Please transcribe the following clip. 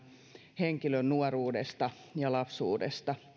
henkilön nuoruudesta ja lapsuudesta